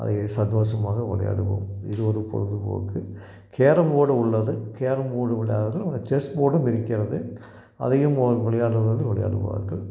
அதை சந்தோஷமாக விளையாடுவோம் இது ஒரு பொழுதுபோக்கு கேரம் போடு உள்ளது கேரம் போடு விளையாடுவோம் அங்கே செஸ் போடும் இருக்கிறது அதையும் விளையாடுபவர்கள் வந்து விளையாடுவார்கள்